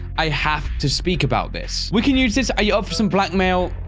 i have to speak about this we can use this are you up for some blackmail?